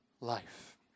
life